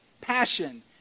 passion